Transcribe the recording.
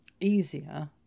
easier